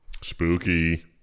Spooky